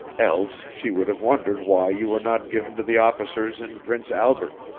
else she would have wondered why you were not given to the officers in prince albert.